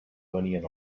venien